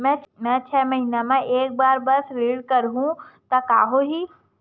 मैं छै महीना म एक बार बस ऋण करहु त का होही?